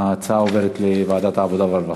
ההצעה עוברת לוועדת העבודה והרווחה.